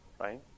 right